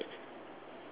okay correct